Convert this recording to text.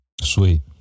Sweet